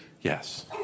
Yes